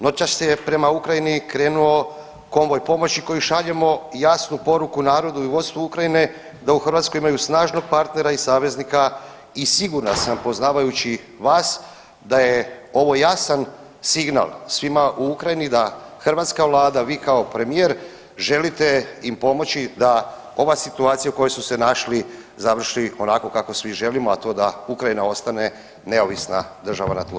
Noćas je prema Ukrajini krenuo konvoj pomoći kojim šaljemo jasnu poruku i narodu i vodstvu Ukrajine da u Hrvatskoj imamo snažnog partnera i saveznika i siguran sam, poznavajući vas da je ovo jasan signal svima u Ukrajini da hrvatska Vlada, vi kao premijer, želite im pomoći da ova situacija u kojoj su se našli završi onako kako svi želimo, a to da Ukrajina ostane neovisna država na tlu Europe.